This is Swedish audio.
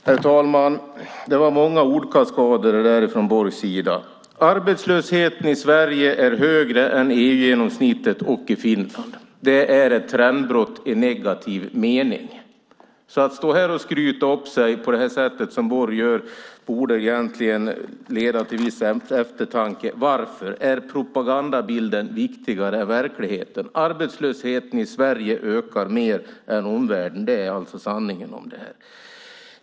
Herr talman! Det var många ordkaskader från Borgs sida. Arbetslösheten i Sverige är högre än EU-genomsnittet och i Finland. Det är ett trendbrott i negativ mening. Att stå här och skryta på det sätt som Borg gör borde egentligen leda till viss eftertanke. Varför är propagandabilden viktigare än verkligheten? Arbetslösheten i Sverige ökar mer än i omvärlden. Det är sanningen om detta.